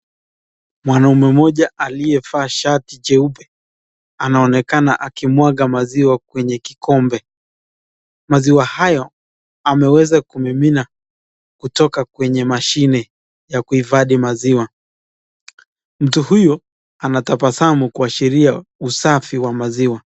Mwanaume moja aliyevaa shati jeupe. Anaonekana akimwaga maziwa kwenye kikombe. Maziwa hayo ameweza kumimina kutoka kwenye mashini ya kuifadhi maziwa. Mtu huyo anatabasamu kwa usheria usafi wa maziwa.